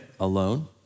Alone